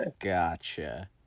Gotcha